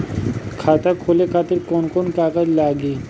खाता खोले खातिर कौन कौन कागज लागी?